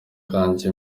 kanje